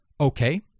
Okay